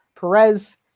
Perez